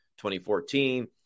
2014